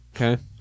Okay